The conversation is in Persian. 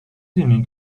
دونین